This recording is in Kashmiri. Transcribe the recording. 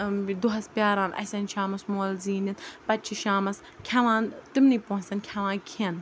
دۄہَس پیٛاران اَسہِ اَنہِ شامَس مول زیٖنِتھ پَتہٕ چھِ شامَس کھٮ۪وان تِمنٕے پونٛسَن کھٮ۪وان کھٮ۪ن